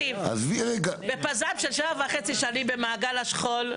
בפז"מ של שבע שנים במעגל השכול,